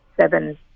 Seven